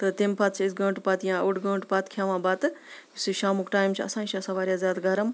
تہٕ تَمہِ پَتہٕ چھِ أسۍ گٲنٛٹہٕ پَتہٕ یا اوٚڑ گٲنٛٹہٕ پَتہٕ کھٮ۪وان بَتہٕ یُس یہِ شامُک ٹایم چھِ آسان یہِ چھِ آسان واریاہ زیادٕ گَرَم